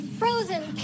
frozen